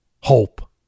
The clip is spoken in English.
hope